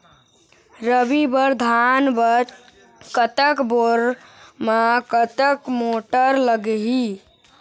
रबी बर धान बर कतक बोर म कतक मोटर लागिही?